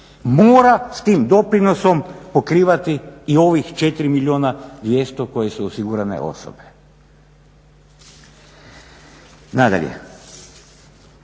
mora s tim doprinosom pokrivati i ovih 4 milijuna 200 koji su osigurane osobe. Nadalje,